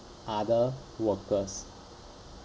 other workers